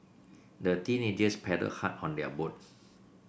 the teenagers paddled hard on their boat